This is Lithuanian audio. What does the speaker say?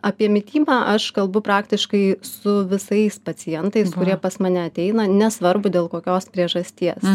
apie mitybą aš kalbu praktiškai su visais pacientais kurie pas mane ateina nesvarbu dėl kokios priežasties